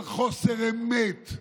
של חוסר אמת,